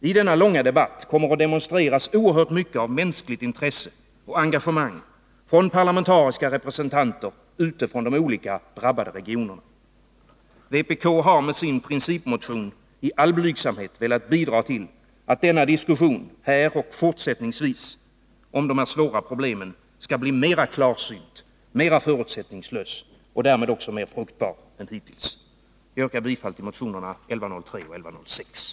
I denna långa debatt kommer att demonstreras oerhört mycket av mänskligt intresse och engagemang hos parlamentariska representanter ute från de olika, drabbade regionerna. Vpk har med sin principmotion i all blygsamhet velat bidra till att denna diskussion, här och fortsättningsvis, om de här svåra problemen skall bli mera klarsynt, mera förutsättningslös och därmed också mera fruktbar än hittills. Jag yrkar bifall till motionerna 1103 och 1106.